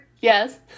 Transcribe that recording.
Yes